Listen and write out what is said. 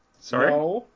Sorry